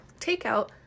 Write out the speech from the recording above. takeout